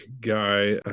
guy